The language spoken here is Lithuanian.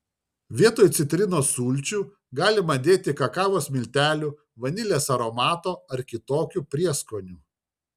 vietoj citrinos sulčių galima dėti kakavos miltelių vanilės aromato ar kitokių prieskonių